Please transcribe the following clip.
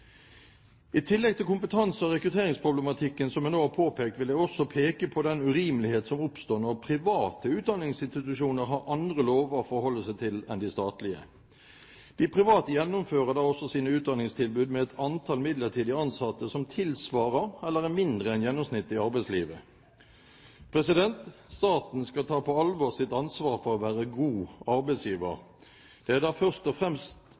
I tillegg til kompetanse- og rekrutteringsproblematikken som jeg nå har påpekt, vil jeg også peke på den urimelighet som oppstår når private utdanningsinstitusjoner har andre lover å forholde seg til enn de statlige. De private gjennomfører da også sine utdanningstilbud med et antall midlertidig ansatte som tilsvarer eller er mindre enn gjennomsnittet i arbeidslivet. Staten skal ta på alvor sitt ansvar for å være en god arbeidsgiver. Det er da først og fremst